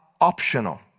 optional